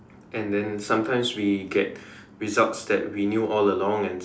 and then sometimes we get results that we knew all along and